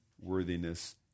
worthiness